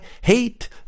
hate